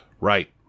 Right